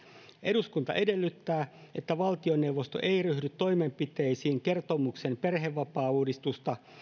eduskunta edellyttää että valtioneuvosto ei ryhdy toimenpiteisiin kertomuksen perhevapaauudistusta